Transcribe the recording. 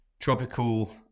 tropical